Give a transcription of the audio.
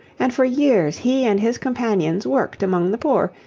and for years he and his companions worked among the poor,